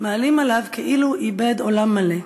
מעלים עליו כאילו איבד עולם מלא,